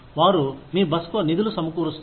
వారు మీ బసకు నిధులు సమకూరుస్తారు